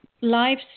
live